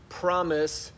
promise